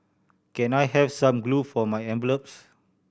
can I have some glue for my envelopes